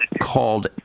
called